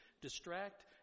distract